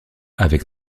avec